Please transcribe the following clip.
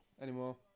Anymore